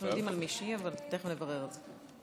יודעים על מישהי, אבל תכף נברר את זה.